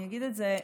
אני אגיד את זה,